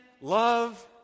love